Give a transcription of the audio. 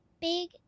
big